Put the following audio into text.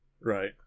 Right